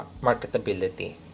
marketability